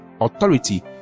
authority